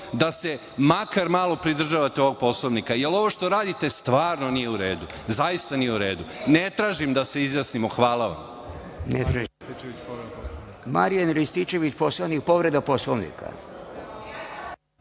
da se makar malo pridržavate ovog Poslovnika, jer ovo što radite stvarno nije u redu. Zaista nije u redu. Ne tražim da se izjasnimo. Hvala vam.